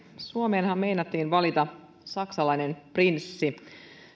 suomeenhan meinattiin valita saksalainen prinssi